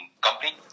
company